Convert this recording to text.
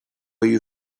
you